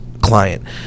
client